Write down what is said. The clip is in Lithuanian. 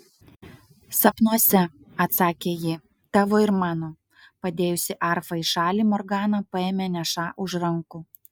sapnuose atsakė ji tavo ir mano padėjusi arfą į šalį morgana paėmė nešą už rankų